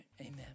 Amen